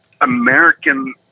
American